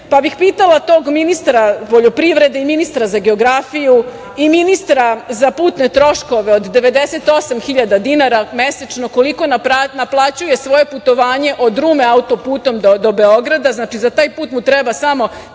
pa bih pitala tog ministra poljoprivrede i ministra za geografiju i ministra za putne troškove od 98 hiljada dinara mesečno koliko naplaćuje svoje putovanje od Rume auto-putem do Beograda. Znači, za taj put mu treba samo